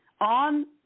on